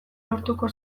lortuko